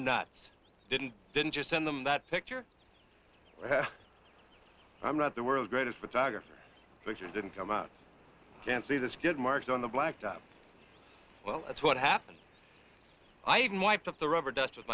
i didn't i didn't just send them that picture i'm not the world's greatest photographer they sure didn't come out and see the skid marks on the blacktop well that's what happens i even wiped up the rubber dust with